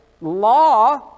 Law